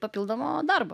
papildomo darbo